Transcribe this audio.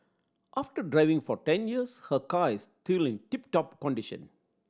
after driving for ten years her car is still in tip top condition